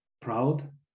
proud